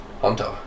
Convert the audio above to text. Hunter